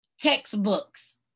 textbooks